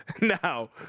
now